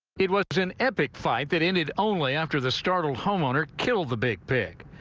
it was an epic fight that ended only after the startled homeowner kill the big big.